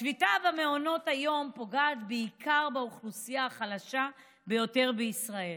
השביתה במעונות היום פוגעת בעיקר באוכלוסייה החלשה ביותר בישראל.